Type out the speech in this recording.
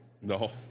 No